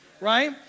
right